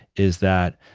is that